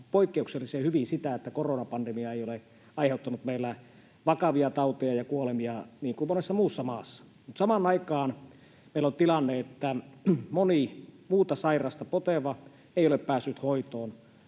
poikkeuksellisen hyvin sitä, että koronapandemia ei ole aiheuttanut meillä vakavia tauteja ja kuolemia niin kuin monessa muussa maassa. Mutta samaan aikaan meillä on tilanne, että moni muuta sairautta poteva ei ole päässyt hoitoon,